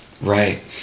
Right